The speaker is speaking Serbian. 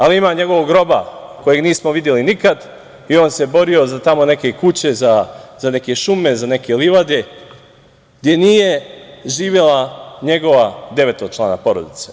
Ali, ima njegovog groba, kojeg nismo videli nikad i on se borio za tamo neke kuće, za neke šume, za neke livade, gde nije živela devetočlana porodica.